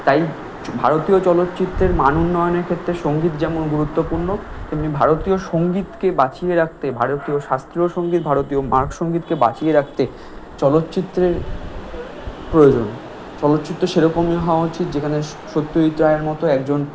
তাই ভারতীয় চলচ্চিত্রের মান উন্নয়নের ক্ষেত্রে সঙ্গীত যেমন গুরুত্বপূর্ণ তেমনি ভারতীয় সঙ্গীতকে বাঁচিয়ে রাখতে ভারতীয় শাস্ত্রীয় সঙ্গীত ভারতীয় মার্গ সঙ্গীতকে বাঁচিয়ে রাখতে চলচ্চিত্রের প্রয়োজন চলচ্চিত্র সেরকমই হওয়া উচিত যেখানে সো সত্যজিৎ রায়ের মতো একজন